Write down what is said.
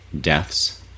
deaths